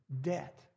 debt